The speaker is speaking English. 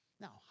Now